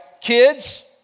kids